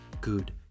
good